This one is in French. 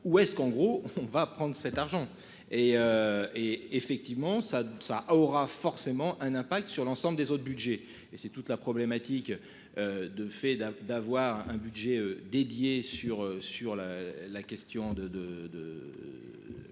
où est-ce qu'en gros on va prendre cet argent et. Et effectivement ça, ça aura forcément un impact sur l'ensemble des autres Budgets et c'est toute la problématique. De fait, d'un, d'avoir un budget dédié sur sur la la question de